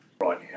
right